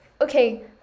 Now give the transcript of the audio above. okay